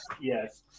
yes